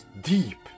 deep